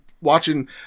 watching